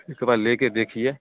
एक बार ले के देखिए